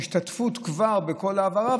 השתתפות בכל ההעברה,